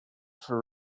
for